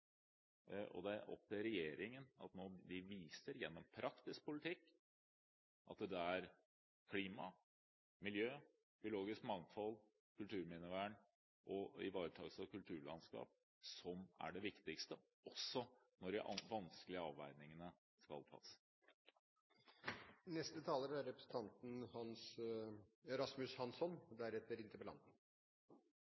er klima, miljø, biologisk mangfold, kulturminnevern og ivaretakelse av kulturlandskap som er det viktigste, også når de vanskelige avveiningene skal tas.